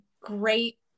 great